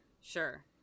Sure